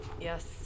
Yes